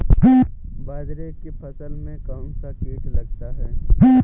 बाजरे की फसल में कौन सा कीट लगता है?